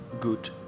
good